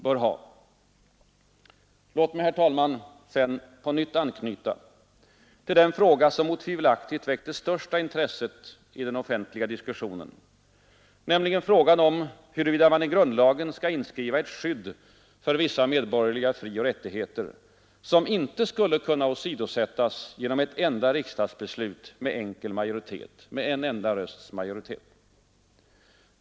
Låt mig sedan, herr talman, på nytt anknyta till den fråga som otvivelaktigt väckt det största intresset i den offentliga diskussionen, nämligen huruvida man i grundlagen skall inskriva ett skydd för vissa medborgerliga frioch rättigheter, som inte skulle kunna åsidosättas genom ett enda riksdagsbeslut med enkel majoritet, alltså med en enda rösts övervikt.